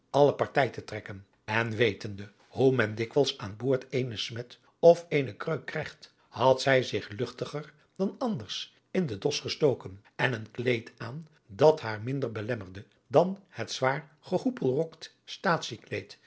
johannes wouter blommesteyn trekken en wetende hoe men dikwijls aan boord eene smet of eene kreuk krijgt had zij zich luchtiger dan anders in den dos gestoken en een kleed aan dat haar minder belemmerde dan het zwaar